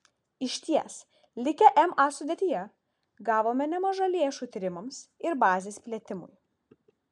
išties likę ma sudėtyje gavome nemaža lėšų tyrimams ir bazės plėtimui